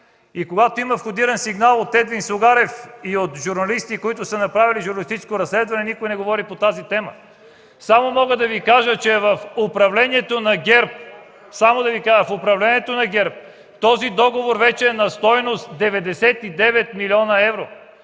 евро! Има входиран сигнал от Едвин Сугарев и от журналисти, които са направили журналистическо разследване, но никой не говори по тази тема. Само да Ви кажа, че при управлението на ГЕРБ, този договор вече е на стойност 99 млн. евро,